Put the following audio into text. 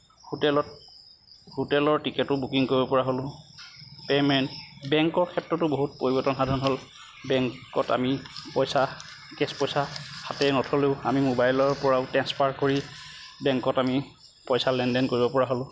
হোটেলত হোটেলৰ টিকেটো বুকিং কৰিব পৰা হ'লোঁ পে'মেণ্ট বেংকৰ ক্ষেত্ৰতো বহুতো পৰিৱৰ্তন সাধন হ'ল বেংকত আমি পইচা কেছ পইচা হাতেৰে নথ'লেও আমি ম'বাইলৰ পৰা ট্ৰেঞ্চফাৰ কৰি বেংকত আমি পইচা লেন দেন কৰিব পৰা হ'লোঁ